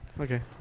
Okay